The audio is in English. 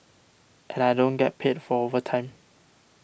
and I don't get paid for overtime